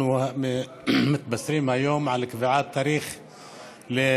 אנחנו מתבשרים היום על קביעת תאריך לבחירות,